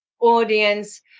audience